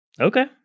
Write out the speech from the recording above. Okay